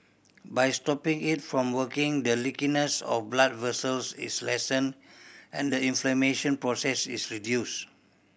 by stopping it from working the leakiness of blood vessels is lessened and the inflammation process is reduce